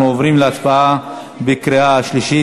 אנחנו עוברים להצבעה בקריאה שלישית.